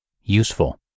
useful